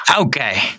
Okay